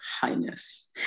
highness